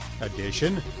edition